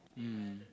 mm